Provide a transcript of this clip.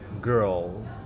girl